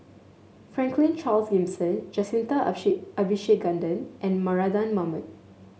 Franklin Charles Gimson Jacintha Abisheganaden and Mardan Mamat